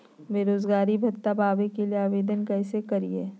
बेरोजगारी भत्ता पावे के लिए आवेदन कैसे करियय?